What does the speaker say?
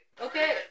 Okay